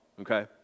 okay